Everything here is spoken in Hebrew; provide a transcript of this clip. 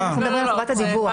אנחנו מדברים על חובת הדיווח.